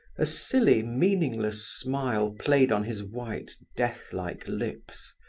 a silly, meaningless smile played on his white, death-like lips.